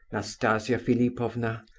nastasia philipovna,